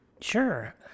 Sure